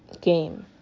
game